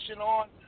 on